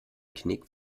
knick